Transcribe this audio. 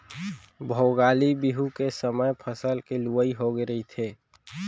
भोगाली बिहू के समे फसल के लुवई होगे रहिथे